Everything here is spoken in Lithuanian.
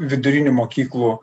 vidurinių mokyklų